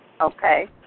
okay